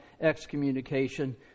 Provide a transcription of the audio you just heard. excommunication